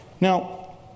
now